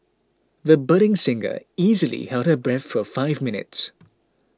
the budding singer easily held her breath for five minutes